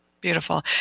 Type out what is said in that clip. Beautiful